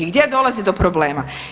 I gdje dolazi do problema?